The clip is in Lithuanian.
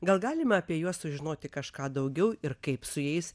gal galima apie juos sužinoti kažką daugiau ir kaip su jais